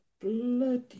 bloody